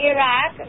Iraq